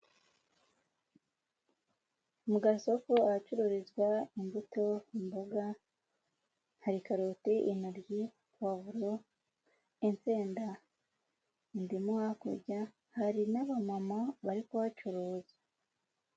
Mu gasoko ahacururizwa imbuto, imboga, hari karoti, intoryi, pavuro, insenda, indimu hakurya, hari n'abamama bari kuhacuruza.